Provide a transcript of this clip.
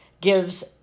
gives